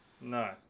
No